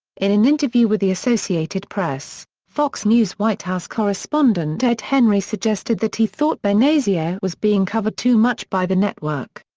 in an interview with the associated press, fox news' white house correspondent ed henry suggested that he thought benghazi ah was being covered too much by the network.